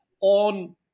on